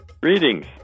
Greetings